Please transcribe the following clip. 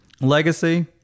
Legacy